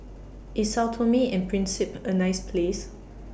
IS Sao Tome and Principe A nice Place